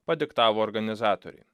padiktavo organizatoriai